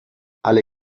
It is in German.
alle